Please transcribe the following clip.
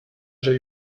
j’ai